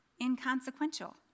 inconsequential